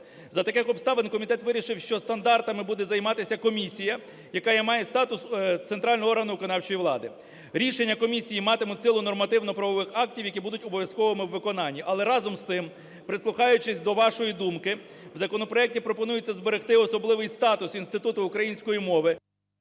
За таких обставин комітет вирішив, що стандартами буде займатися комісія, яка має статус центрального органу виконавчої влади. Рішення комісії матимуть силу нормативно-правових актів, які будуть обов'язковими у виконані. Але, разом з тим, прислухаючись до вашої думки, в законопроекті пропонується зберегти особливий статус Інституту української мови....